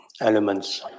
elements